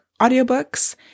Audiobooks